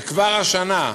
וכבר השנה,